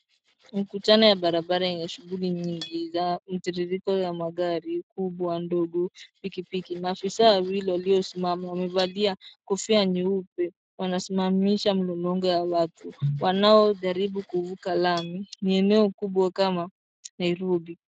Mkutano ya barabara yenye shughuli nyingi za mtiririko la magari kubwa, ndogo, pikipiki. Maafisa wawili waliosimama, wamevalia kofia nyeupe. Wanasimamisha mlolongo ya watu, wanaojaribu kuvuka lami. Ni eneo kubwa kama Nairobi.